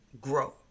grow